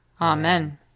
Amen